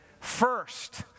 first